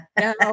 no